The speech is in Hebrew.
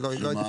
שמה?